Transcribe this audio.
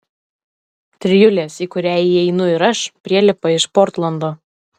trijulės į kurią įeinu ir aš prielipa iš portlando